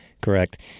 correct